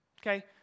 Okay